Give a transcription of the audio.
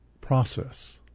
process